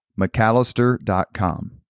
McAllister.com